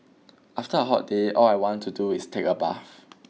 after a hot day all I want to do is take a bath